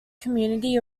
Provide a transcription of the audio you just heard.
community